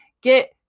Get